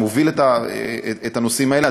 שמוביל את הנושאים האלה,